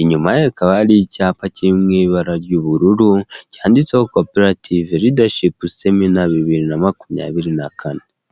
inyuma ye hakaba hari icyapa kiri mu ibara ry'ubururu, cyanditseho Cooperative Leadership Seminar, bibiri na makumyabiri na kane.